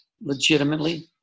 legitimately